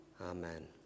Amen